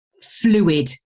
fluid